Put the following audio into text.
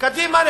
בקדימה לא